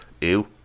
Ew